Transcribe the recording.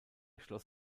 schloss